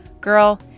Girl